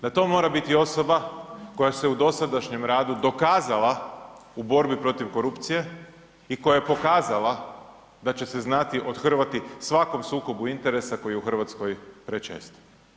Da to mora biti osoba koja se u dosadašnjem radu dokazala u borbi protiv korupcije i koja je pokazala da će se znati othrvati svakom sukobu interesa koji je u Hrvatskoj prečest.